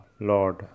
Lord